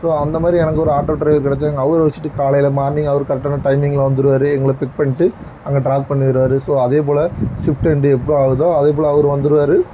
so அந்தமாதிரி எனக்கு ஒரு ஆட்டோ ட்ரைவர் கிடச்சாங்க அவர வச்சிட்டு காலையில மார்னிங் அவரு கரக்ட்டான டைமிங்ல வந்துடுவாரு எங்களை பிக் பண்ணிட்டு அங்கே ட்ராப் பண்ணிடுவாரு ஸோ அதேப்போல் ஷிப்ட் எண்டு எப்பாவாவுதோ அதேப்போல் அவரு வந்துடுவாரு